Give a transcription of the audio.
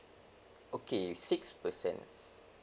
okay six percent